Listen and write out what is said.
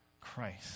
Christ